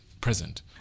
present